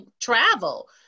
travel